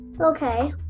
Okay